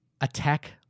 Attack